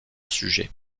sujet